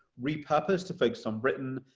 repurposed to focus on britain,